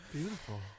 Beautiful